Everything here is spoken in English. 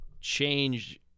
change